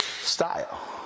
style